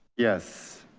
yes.